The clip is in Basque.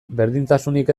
berdintasunik